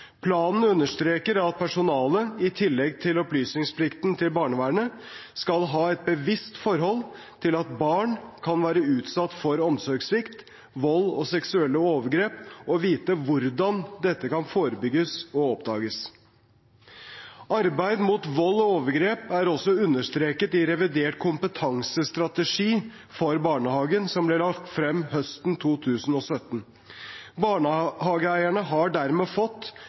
Planen understreker at personalet, i tillegg til opplysningsplikten til barnevernet, skal ha et bevisst forhold til at barn kan være utsatt for omsorgssvikt, vold og seksuelle overgrep, og vite hvordan dette kan forebygges og oppdages. Arbeid mot vold og overgrep er også understreket i den reviderte kompetansestrategien for barnehagen, som ble lagt frem høsten 2017. Barnehageeierne har dermed fått